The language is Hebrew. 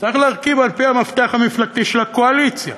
צריך להרכיב על-פי המפתח המפלגתי של הקואליציה.